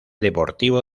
deportivo